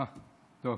אה, טוב.